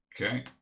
Okay